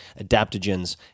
adaptogens